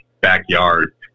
backyard